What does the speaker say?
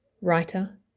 writer